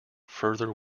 further